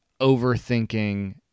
overthinking